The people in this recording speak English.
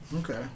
Okay